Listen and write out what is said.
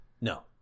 No